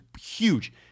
huge